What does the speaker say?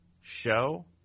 show